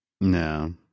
No